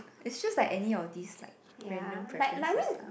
it's just like any of this like random preferences lah